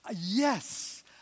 yes